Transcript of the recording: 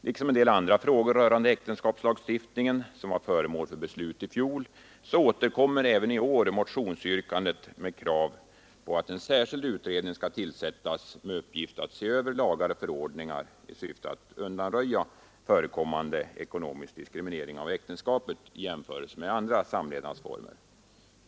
Liksom en del andra frågor rörande äktenskapslagstiftningen som var föremål för beslut i fjol återkommer även i år motionsyrkandet om att en särskild utredning skall tillsättas med uppgift att se över lagar och förordningar i syfte att undanröja förekommande ekonomisk diskriminering av äktenskapet i jämförelse med andra samlevnadsformer.